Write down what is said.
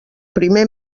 primer